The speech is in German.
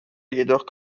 jedoch